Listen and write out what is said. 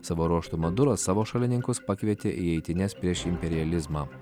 savo ruožtu madura savo šalininkus pakvietė į eitynes prieš imperializmą